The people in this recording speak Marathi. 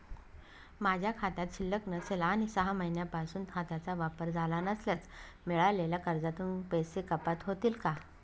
माझ्या खात्यात शिल्लक नसेल आणि सहा महिन्यांपासून खात्याचा वापर झाला नसल्यास मिळालेल्या कर्जातून पैसे कपात होतील का?